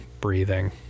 breathing